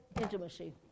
intimacy